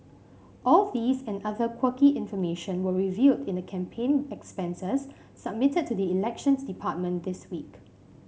all these and other quirky information were revealed in the campaign expenses submitted to the Elections Department this week